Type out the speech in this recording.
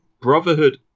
Brotherhood